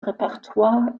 repertoire